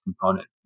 component